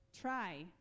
try